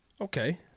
Okay